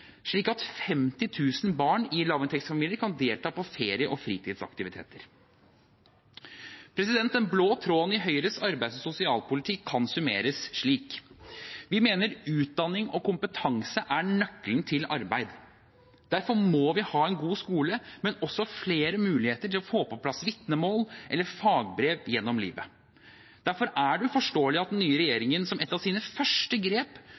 slik at 50 000 barn i lavinntektsfamilier kan delta på ferie- og fritidsaktiviteter. Den blå tråden i Høyres arbeids- og sosialpolitikk kan oppsummeres slik: Vi mener utdanning og kompetanse er nøkkelen til arbeid. Derfor må vi ha en god skole, men også flere muligheter til å få på plass vitnemål eller fagbrev gjennom livet. Derfor er det uforståelig at den nye regjeringen som et av sine første grep